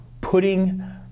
putting